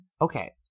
Okay